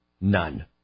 None